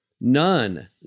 none